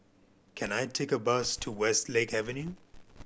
can I take a bus to Westlake Avenue